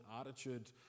attitude